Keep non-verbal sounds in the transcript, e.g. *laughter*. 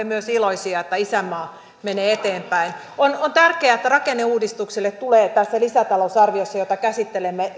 *unintelligible* myös iloisia siitä että isänmaa menee eteenpäin on on tärkeää että rakenneuudistukselle tulee lisärahaa tässä lisätalousarviossa jota käsittelemme